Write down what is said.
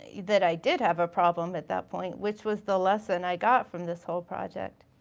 that i did have a problem at that point which was the lesson i got from this whole project.